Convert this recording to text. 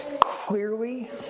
clearly